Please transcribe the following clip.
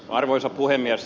arvoisa puhemies